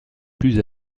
plus